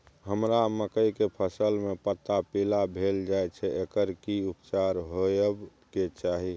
हमरा मकई के फसल में पता पीला भेल जाय छै एकर की उपचार होबय के चाही?